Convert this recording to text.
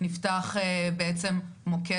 נפתח בעצם מוקד,